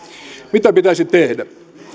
mitä pitäisi tehdä